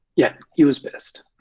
yeah, he was pissed.